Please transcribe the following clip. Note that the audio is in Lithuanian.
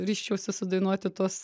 ryžčiausi sudainuoti tuos